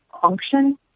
function